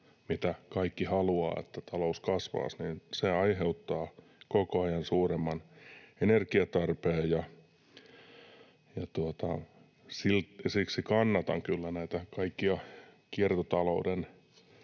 mitä kaikki haluavat, että talous kasvaisi — aiheuttaa koko ajan suuremman energiatarpeen. Siksi kannatan kyllä näitä kaikkia kiertotalouden